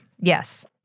yes